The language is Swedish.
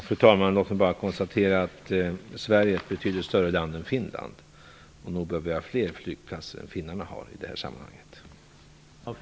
Fru talman! Låt mig bara konstatera att Sverige är ett betydligt större land än Finland och att vi nog bör ha fler flygplatser av detta slag än vad finnarna har.